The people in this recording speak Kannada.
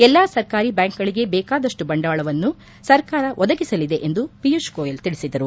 ಎಲ್ಲಾ ಸರ್ಕಾರಿಬ್ಬಾಂಕ್ಗಳಿಗೆ ಬೇಕಾದಷ್ಟು ಬಂಡವಾಳವನ್ನು ಸರ್ಕಾರ ಒದಗಿಸಲಿದೆ ಎಂದು ಪಿಯೂಷ್ ಗೋಯಲ್ ತಿಳಿಸಿದರು